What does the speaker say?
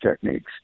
techniques